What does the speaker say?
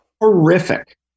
Horrific